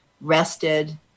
rested